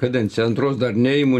kadenciją antros dar neimu